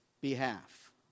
behalf